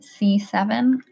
C7